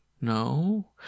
No